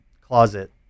closet